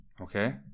Okay